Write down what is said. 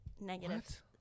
negative